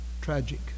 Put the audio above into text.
tragic